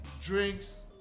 Drinks